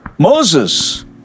Moses